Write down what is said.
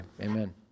Amen